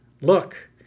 look